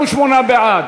58 בעד,